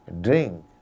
drink